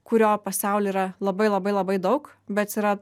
kurio pasauly yra labai labai labai daug bet jis yra